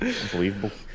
Unbelievable